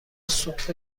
سوپ